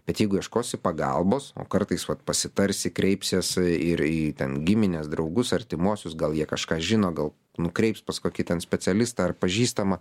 bet jeigu ieškosi pagalbos o kartais vat pasitarsi kreipsies ir į ten gimines draugus artimuosius gal jie kažką žino gal nukreips pas kokį ten specialistą ar pažįstamą